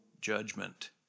judgment